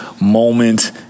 moment